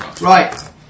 Right